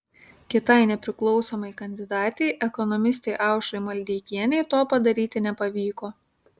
kitai nepriklausomai kandidatei ekonomistei aušrai maldeikienei to padaryti nepavyko